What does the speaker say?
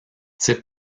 type